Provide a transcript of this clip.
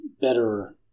better